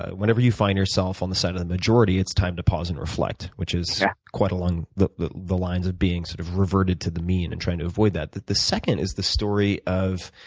whenever you find yourself on the side of the majority, it's time to pause and reflect. which is quite along the the lines of being sort of reverted to the mean and trying to avoid that. the the second is the story of